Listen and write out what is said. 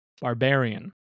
Barbarian